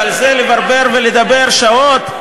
ועל זה לברבר ולדבר שעות?